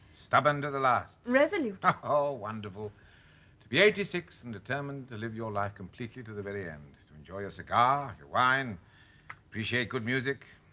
stubborn to the last. resolute oh wonderful to be eighty six and determined to live your life completely to the very end too enjoy your cigar your wine appreciate good music